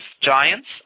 giants